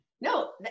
no